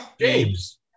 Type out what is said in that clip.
james